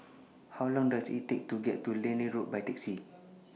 How Long Does IT Take to get to Liane Road By Taxi